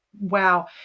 wow